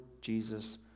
Jesus